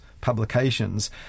publications